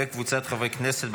וקבוצת חברי כנסת,